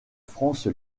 france